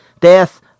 Death